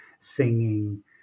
singing